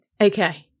Okay